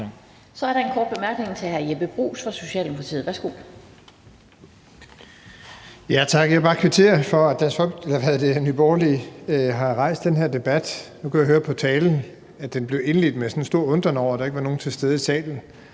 Så er der en kort bemærkning til hr. Jeppe Bruus fra Socialdemokratiet. Værsgo. Kl. 17:07 Jeppe Bruus (S): Tak. Jeg vil bare kvittere for, at Nye Borgerlige har rejst den her debat. Nu kunne jeg høre på talen, at den blev indledt med en stor undren over, at der ikke var nogen til stede i salen.